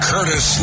Curtis